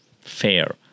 fair